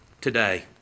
today